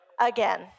again